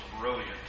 brilliant